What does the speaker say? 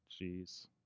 Jeez